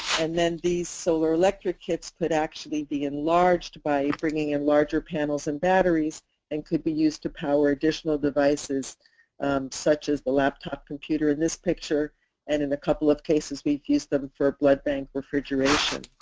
and then these solar electric kits could actually be enlarged by bringing in larger panels and batteries and could be used to power additional devices such as the laptop computer in this picture and in a couple of cases we've used them for blood bank refrigeration.